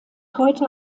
heute